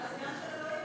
זה הסגן של אלוהים זה.